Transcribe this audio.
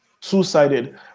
two-sided